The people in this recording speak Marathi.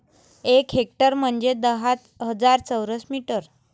एक हेक्टर म्हंजे दहा हजार चौरस मीटर